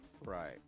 Right